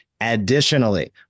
Additionally